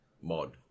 mod